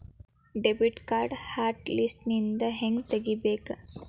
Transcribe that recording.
debit ಕಾರ್ಡ್ನ hot ಲಿಸ್ಟ್ನಿಂದ ಹೆಂಗ ತೆಗಿಬೇಕ